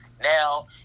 Now